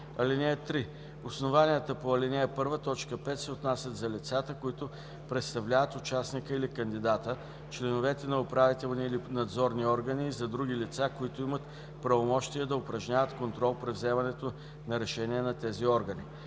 (3) Основанията по ал. 1, т. 5 се отнасят за лицата, които представляват участника или кандидата, членовете на управителни и надзорни органи и за други лица, които имат правомощия да упражняват контрол при вземането на решения от тези органи.